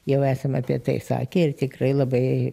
jau esam apie tai sakę ir tikrai labai